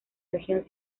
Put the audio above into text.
región